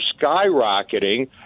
skyrocketing